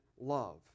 love